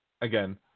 again